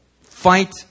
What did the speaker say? Fight